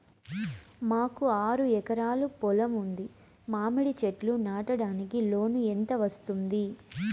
మాకు ఆరు ఎకరాలు పొలం ఉంది, మామిడి చెట్లు నాటడానికి లోను ఎంత వస్తుంది?